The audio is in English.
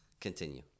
Continue